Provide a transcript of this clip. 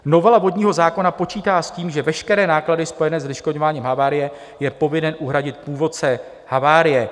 Novela vodního zákona počítá s tím, že veškeré náklady spojené se zneškodňováním havárie je povinen uhradit původce havárie.